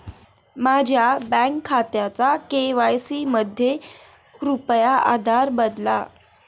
माझ्या बँक खात्याचा के.वाय.सी मध्ये कृपया आधार बदला